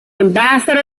ambassador